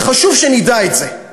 וחשוב שנדע את זה,